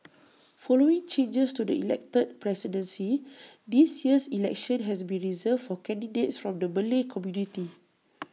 following changes to the elected presidency this year's election has been reserved for candidates from the Malay community